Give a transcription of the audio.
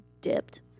dipped